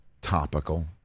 topical